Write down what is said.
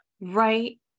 right